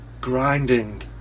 grinding